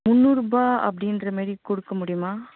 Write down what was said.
முந்நூறுரூபா அப்படின்ற மாதிரி கொடுக்க முடியுமா